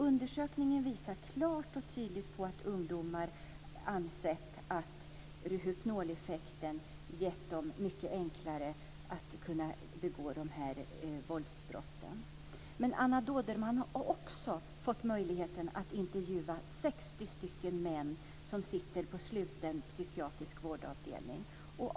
Undersökningen visar klart och tydligt att ungdomar ansett att Rohypnoleffekten gjort det mycket enklare att kunna begå dessa våldsbrott. Anna Dåderman har också fått möjligheten att intervjua 60 män som sitter på avdelning för sluten psykiatrisk vård.